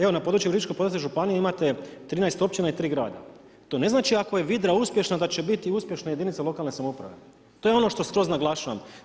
Evo na području Virovitičko-podravske županije imate 13 općina i 3 grada, to ne znači ako je Vidra uspješna da će biti uspješna jedinica lokalne samouprave, to je ono što skroz naglašavam.